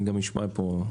אני גם אשמע פה,